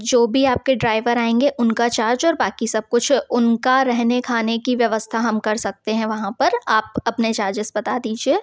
जो भी आपके ड्राइवर आएँगे उनका चार्ज और बाक़ी सब कुछ उनका रहने खाने की व्यवस्था हम कर सकते हैं वहाँ पर आप अपने चार्जेस बता दीजिए